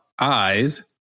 eyes